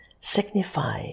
signify